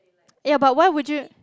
yeah but why would you